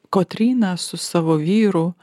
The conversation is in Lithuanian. kotryna su savo vyru